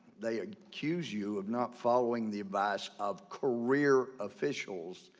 they accuse you of not following the advice of career officials.